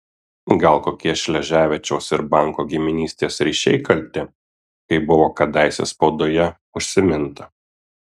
gal kokie šleževičiaus ir banko giminystės ryšiai kalti kaip buvo kadaise spaudoje užsiminta